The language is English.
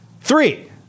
Three